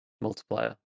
multiplier